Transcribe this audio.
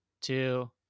two